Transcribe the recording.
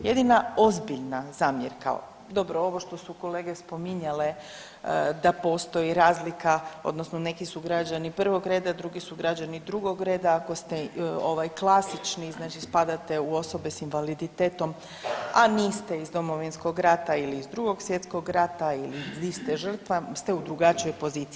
Jedina ozbiljna zamjerka, dobro ovo što su kolege spominjale da postoji razlika odnosno neki su građani prvog reda, drugi su građani drugog reda, ako ste ovaj, klasični, znači spadate u osobe s invaliditetom, a niste iz Domovinskog rata ili iz Drugog svjetskog rata ili ste žrtva ste u drugačijoj poziciji.